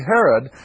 Herod